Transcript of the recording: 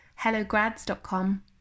hellograds.com